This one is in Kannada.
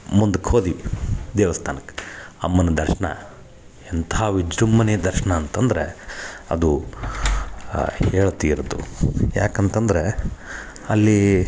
ಮುಂದಕ್ಕೆ ಹೋದ್ವಿ ದೇವಸ್ಥಾನಕ್ಕ್ ಅಮ್ಮನ ದರ್ಶನ ಎಂಥ ವಿಜೃಂಭಣೆ ದರ್ಶನ ಅಂತಂದರೆ ಅದು ಹೇಳಿ ತೀರ್ದು ಯಾಕಂತಂದ್ರ ಅಲ್ಲಿ